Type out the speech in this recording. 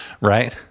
Right